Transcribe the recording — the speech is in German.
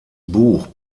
buch